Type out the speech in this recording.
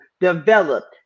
developed